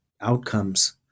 outcomes